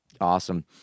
awesome